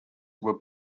were